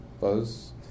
Buzz